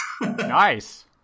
Nice